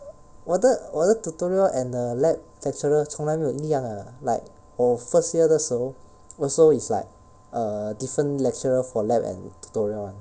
我的我的 tutorial and err lab lecturer 从来没有一样的 like 我 first year 的时候 also is like err different lecturer for lab and tutorial [one]